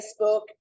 facebook